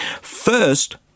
First